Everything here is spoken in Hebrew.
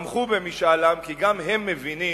תמכו במשאל עם כי גם הם מבינים,